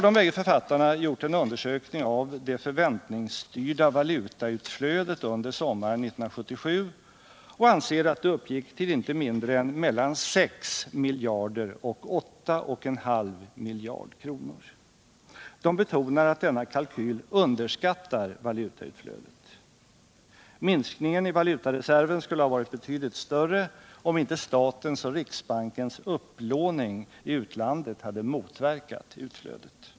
De bägge författarna har gjort en undersökning om det förväntningsstyrda valutautflödet sommaren 1977, och de anser att det uppgick till inte mindre än mellan 6 och 8,5 miljarder kronor. De betonar att denna kalkyl underskattar valutautflödet. Minskningen i valutareserven skulle ha varit betydligt större om inte statens och riksbankens upplåning i utlandet hade motverkat utflödet.